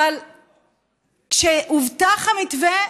אבל כשהובטח המתווה,